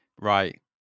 right